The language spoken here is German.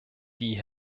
die